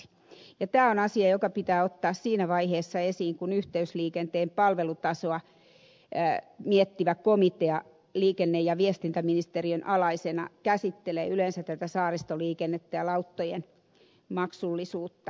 tämä on asia joka pitää ottaa siinä vaiheessa esiin kun yhteysliikenteen palvelutasoa miettivä komitea liikenne ja viestintäministeriön alaisena käsittelee yleensä tätä saaristoliikennettä ja lauttojen maksullisuutta